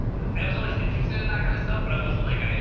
i was always interested in that kind of stuff, but it wasn't like, i, you